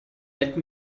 let